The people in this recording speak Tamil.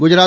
குஜராத்